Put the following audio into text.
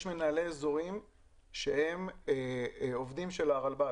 יש מנהלי אזורים שהם עובדים של הרלב"ד.